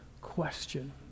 question